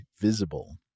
Visible